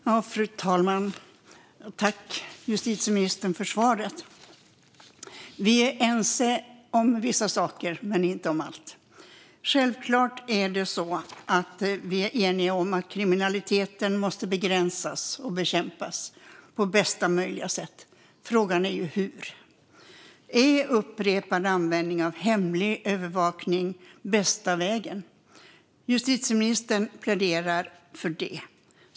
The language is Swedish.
Fru talman! Jag tackar justitieministern för svaret. Vi är ense om vissa saker, men inte om allt. Självklart är vi eniga om att kriminaliteten måste begränsas och bekämpas på bästa möjliga sätt. Frågan är hur. Är upprepad användning av hemlig övervakning bästa vägen? Justitieministern pläderar för det.